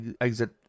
exit